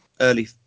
early